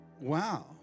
wow